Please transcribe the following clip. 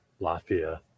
Latvia